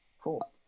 Cool